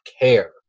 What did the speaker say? care